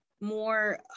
more